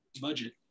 budget